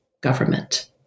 government